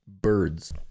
birds